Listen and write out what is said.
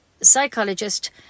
psychologist